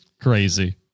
crazy